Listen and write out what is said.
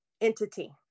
entity